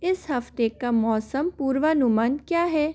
इस हफ़्ते का मौसम पूर्वानुमान क्या है